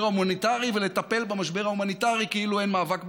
הומניטרי ולטפל במשבר ההומניטרי כאילו אין מאבק בחמאס.